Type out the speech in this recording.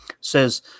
says